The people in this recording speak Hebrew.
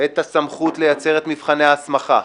את הסמכות לייצר את מבחני ההסמכה,